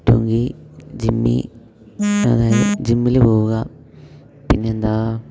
പറ്റുമെങ്കിൽ ജിമ്മിൽ അതായത് ജിമ്മിൽ പോവുക പിന്നെന്താ